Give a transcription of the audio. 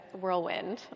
whirlwind